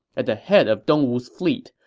at the head of dong wu's fleet,